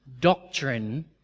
doctrine